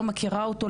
לא מכירה אותו,